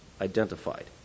identified